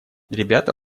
ребята